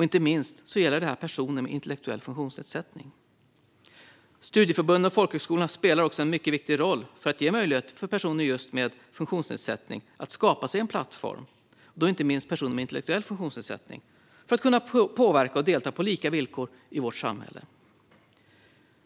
Inte minst gäller detta personer med intellektuell funktionsnedsättning. Studieförbund och folkhögskolor spelar också en mycket viktig roll för att ge möjlighet för personer med en intellektuell funktionsnedsättning att skapa sig en plattform för att kunna påverka och delta på lika villkor i vårt samhälle.